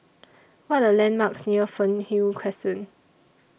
What Are The landmarks near Fernhill Crescent